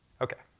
okay,